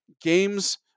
games